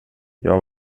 jag